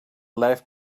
life